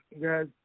guys